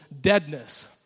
deadness